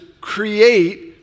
create